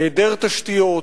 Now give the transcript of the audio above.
היעדר תשתיות,